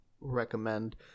recommend